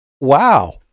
wow